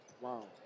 Wow